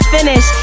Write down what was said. Finish